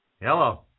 Hello